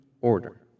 order